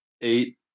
eight